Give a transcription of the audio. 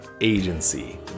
agency